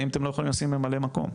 האם אתם לא יכולים לשים ממלאי מקום?